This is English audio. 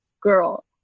girl